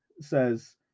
says